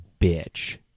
bitch